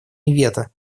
вето